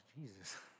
Jesus